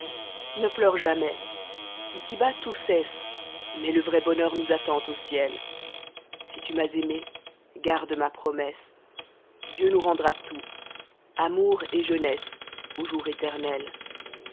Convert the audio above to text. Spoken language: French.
sang ne'pleure jamais ici-bas tout cesse mais le vrai bonheur nous attend au ciel si te m'as aimé garde ma promesse dieu nous rendra tout amour et jeunesse au jour éternel